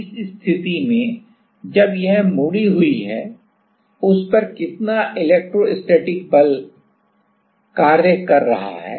अब इस स्थिति में जब यह मुड़ी हुई है उस पर कितना इलेक्ट्रोस्टैटिक बल क्या कार्य कर रहा है